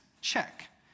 Check